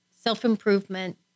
self-improvement